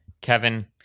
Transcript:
Kevin